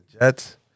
Jets